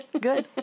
Good